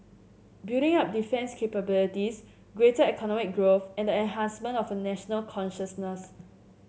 building up defence capabilities greater economic growth and the enhancement of a national consciousness